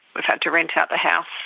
we've had to rent out the house,